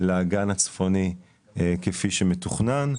לאגן הצפוני כפי שמתוכנן.